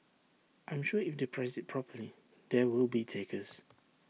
I'm sure if they price IT properly there will be takers